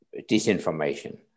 disinformation